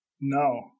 No